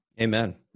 Amen